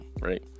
right